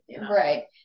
Right